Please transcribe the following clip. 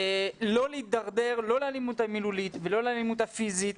לא להתדרדר לא לאלימות המילולית ולא לאלימות הפיזית.